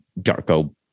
Darko